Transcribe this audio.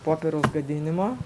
popieriaus gadinimo